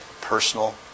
personal